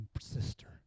sister